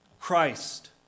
Christ